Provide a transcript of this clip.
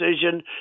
decision